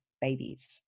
babies